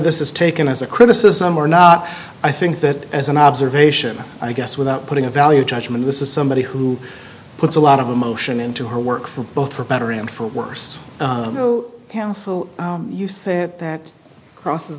this is taken as a criticism or not i think that as an observation i guess without putting a value judgment this is somebody who puts a lot of emotion into her work for both for better and for worse you think that that crosses